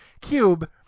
cube